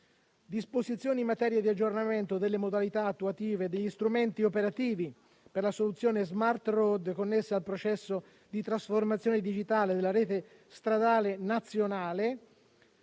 disposizioni in materia di aggiornamento delle modalità attuative degli strumenti operativi per la soluzione Smart Road, connessa al processo di trasformazione digitale della rete stradale nazionale;